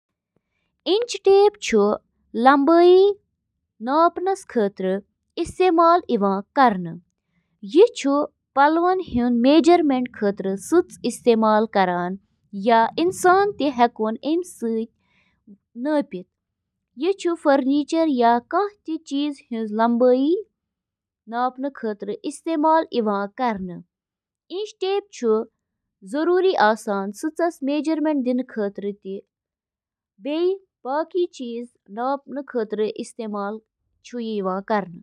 Oven چھِ اکھ بند جاے یۄس گرم ماحولس سۭتۍ انٛدۍ پٔکۍ کھٮ۪ن رننہٕ خٲطرٕ گرمی ہُنٛد استعمال چھِ کران۔ اوون چُھ کھین پکنہٕ تہٕ نمی ہٹاونہٕ خٲطرٕ مُنٲسِب درجہ حرارت، نمی تہٕ گرمی ہُنٛد بہاؤ تہِ برقرار تھاوان۔